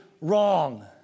wrong